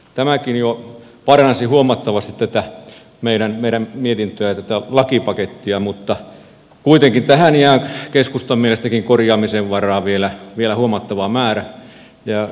tämäkin jo paransi huomattavasti tätä meidän mietintöämme ja tätä lakipakettia mutta kuitenkin tähän jää keskustankin mielestä korjaamisen varaa vielä huomattava määrä